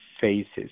phases